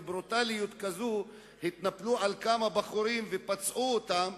בברוטליות כזו התנפלו על כמה בחורים ופצעו אותם.